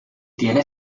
tiene